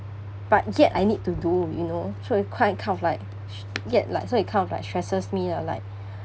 but yet I need to do you know so it's quite kind of like s~ yet like so it kind of like stresses me lah like